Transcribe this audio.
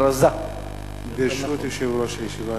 ברשות יושב-ראש הישיבה,